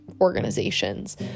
organizations